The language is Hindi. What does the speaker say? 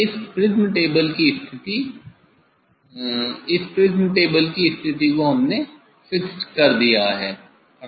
इस प्रिज्म टेबल की स्थिति इस प्रिज्म टेबल की स्थिति को हमने फिक्स्ड कर दिया है